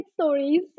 stories